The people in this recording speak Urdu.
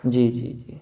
جی جی جی